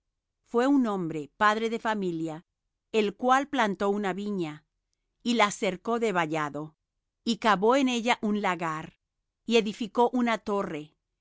fué un hombre padre de familia el cual plantó una viña y la cercó de vallado y cavó en ella un lagar y edificó una torre